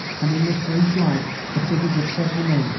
and in this brief light the figures of several men,